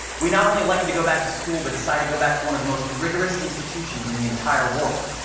we not only elected to go back to school but decided to go back to one of the most rigorous institutions in the entire world.